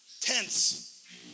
tense